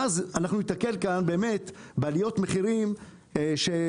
ואז אנחנו ניתקל כאן בעליות מחירים מטורפות,